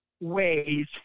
ways